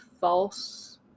false